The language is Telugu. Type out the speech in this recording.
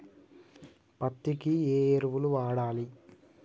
పత్తి కి ఏ ఎరువులు వాడాలి?